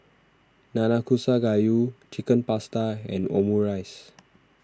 Nanakusa Gayu Chicken Pasta and Omurice